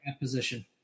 position